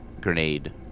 grenade